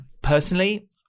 Personally